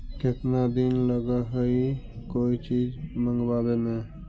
केतना दिन लगहइ कोई चीज मँगवावे में?